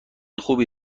خوبی